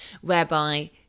whereby